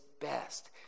best